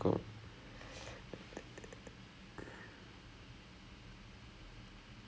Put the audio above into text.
I don't know I feel okay I feel like I'm good with coming up with creative ideas